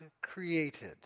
created